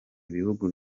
ibihugu